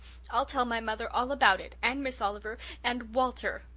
i'll tell my mother all about it and miss oliver and walter,